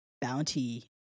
bounty